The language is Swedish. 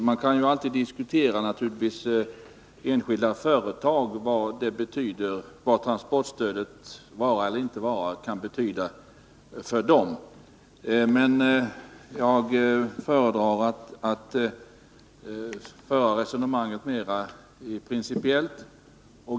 Herr talman! Man kan naturligtvis alltid diskutera vad transportstödets vara eller inte vara kan betyda för enskilda företag. Men jag föredrar att föra resonemanget mera principiellt.